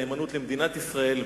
נאמנות למדינת ישראל,